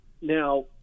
Now